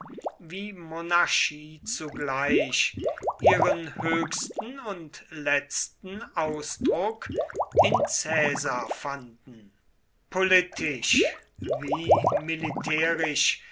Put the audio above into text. wie monarchie zugleich ihren höchsten und letzten ausdruck in caesar fanden politisch wie militärisch